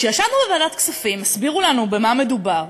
כשישבנו בוועדת הכספים הסבירו לנו במה מדובר,